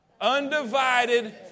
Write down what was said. undivided